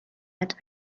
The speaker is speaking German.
hat